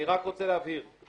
אני רק רוצה להבהיר.